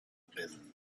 bin